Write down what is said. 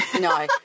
No